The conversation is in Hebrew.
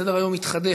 סדר-היום יתחדש,